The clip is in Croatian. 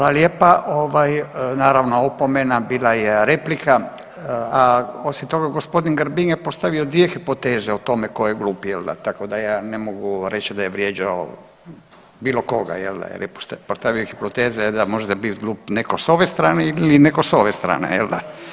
Hvala lijepa, ovaj naravno opomena bila je replika, a osim toga gospodin Grbin je postavio dvije hipoteze o tome tko je glup jel da, tako da ja ne mogu reći da je vrijeđao bilo koga jel da, jer je postavio hipoteze da može bit glup netko s ove strane ili netko s ove strane jel da.